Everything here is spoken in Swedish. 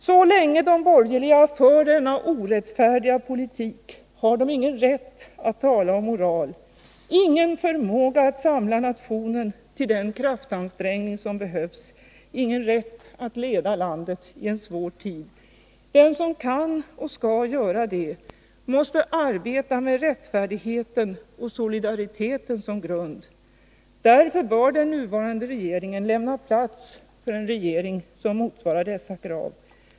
Så länge de borgerliga för denna orättfärdiga politik har de ingen rätt att tala om moral, ingen förmåga att samla nationen till den kraftansträngning som behövs, ingen rätt att leda landet i en svår tid! Den som kan och skall göra det måste arbeta med rättfärdigheten och solidariteten som grund! Därför bör den nuvarande regeringen lämna plats för en regering som motsvarar dessa krav!